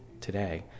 today